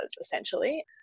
essentially